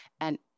And-